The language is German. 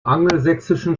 angelsächsischen